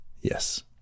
Yes